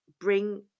bring